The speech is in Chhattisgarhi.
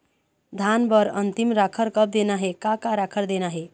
धान बर अन्तिम राखर कब देना हे, का का राखर देना हे?